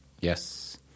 Yes